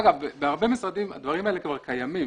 אגב, בהרבה משרדים הדברים האלה כבר קיימים.